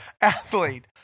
athlete